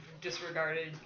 disregarded